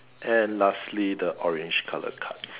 and lastly the orange colour cards